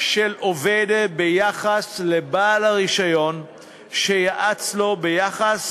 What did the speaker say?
של עובד ביחס לבעל הרישיון שייעץ לו ביחס